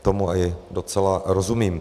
Tomu i docela rozumím.